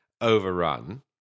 overrun